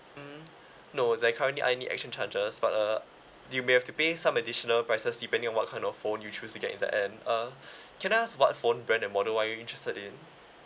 mm no there currently aren't any charges but uh you may have to pay some additional prices depending on what kind of phone you choose to get in the end uh can I ask what phone brand and model what are you interested in